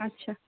আচ্ছা